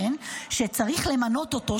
שצריך למנות אותו,